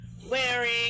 Wearing